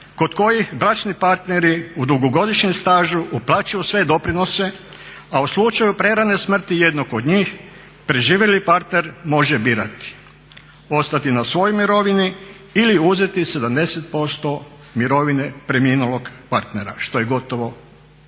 kod kojih bračni partneri u dugogodišnjem stažu uplaćuju sve doprinose, a u slučaju prerane smrti jednog od njih preživjeli partner može birati ostati na svojoj mirovini ili uzeti 70% mirovine preminulog partnera. Što je gotovo isto